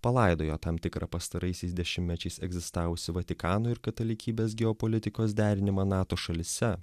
palaidojo tam tikrą pastaraisiais dešimtmečiais egzistavusį vatikano ir katalikybės geopolitikos derinimą nato šalyse